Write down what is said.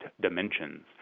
dimensions